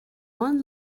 one